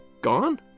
gone